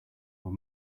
were